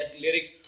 lyrics